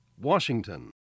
Washington